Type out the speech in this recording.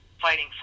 fighting